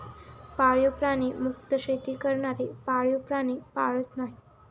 पाळीव प्राणी मुक्त शेती करणारे पाळीव प्राणी पाळत नाहीत